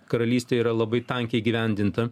karalystė yra labai tankiai gyvendinta